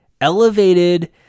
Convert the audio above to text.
elevated